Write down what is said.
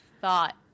thought